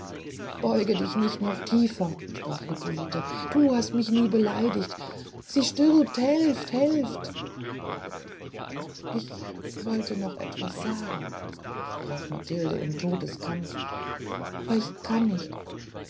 beuge mich nicht noch tiefer sprach hippolite du hast mich nie beleidigt sie stirbt helft helft ich wolte noch etwas sagen sprach matilde im todeskampf aber ich kann nicht